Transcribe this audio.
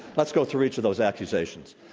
let's go through each of those accusations.